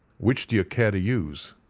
which do you care to use?